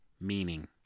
meaning